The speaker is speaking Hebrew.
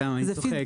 סתם, אני צוחק.